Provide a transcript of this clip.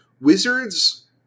Wizards